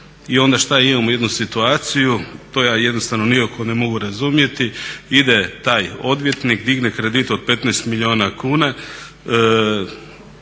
I onda šta imamo jednu situaciju, to ja jednostavno nikako ne mogu razumjeti ide taj odvjetnik, digne kredit od 15 milijuna kuna,